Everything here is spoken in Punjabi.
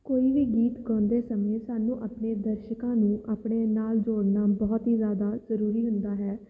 ਕੋਈ ਵੀ ਗੀਤ ਗਾਉਂਦੇ ਸਮੇਂ ਸਾਨੂੰ ਆਪਣੇ ਦਰਸ਼ਕਾਂ ਨੂੰ ਆਪਣੇ ਨਾਲ ਜੋੜਨਾ ਬਹੁਤ ਹੀ ਜ਼ਿਆਦਾ ਜ਼ਰੂਰੀ ਹੁੰਦਾ ਹੈ